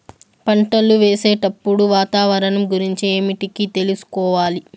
పంటలు వేసేటప్పుడు వాతావరణం గురించి ఏమిటికి తెలుసుకోవాలి?